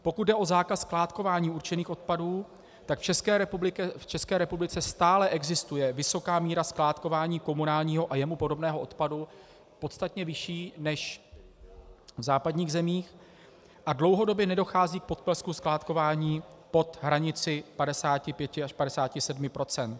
Pokud jde o zákaz skládkování určených odpadů, tak v České republice stále existuje vysoká míra skládkování komunálního a jemu podobného odpadu, podstatně vyšší než v západních zemích a dlouhodobě nedochází k poklesu skládkování pod hranici 55 až 57 %.